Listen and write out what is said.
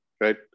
right